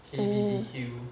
mm